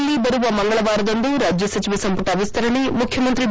ಕರ್ನಾಟಕದಲ್ಲಿ ಬರುವ ಮಂಗಳವಾರದಂದು ರಾಜ್ಯ ಸಚಿವ ಸಂಪುಟ ವಿಸ್ತರಣೆ ಮುಖ್ಯಮಂತ್ರಿ ಬಿ